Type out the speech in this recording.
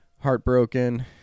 heartbroken